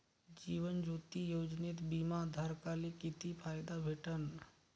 जीवन ज्योती योजनेत बिमा धारकाले किती फायदा भेटन?